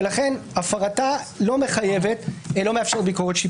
ולכן הפרתה לא מאפשרת ביקורת שיפוטית.